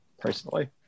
personally